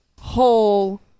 whole